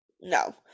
No